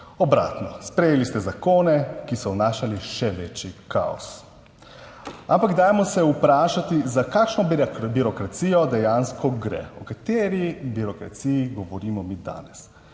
Obratno. Sprejeli ste zakone, ki so vnašali še večji kaos. Ampak dajmo se vprašati za kakšno birokracijo dejansko gre, o kateri birokraciji govorimo mi danes.